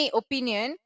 opinion